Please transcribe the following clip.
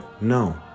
no